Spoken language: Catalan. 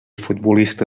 futbolista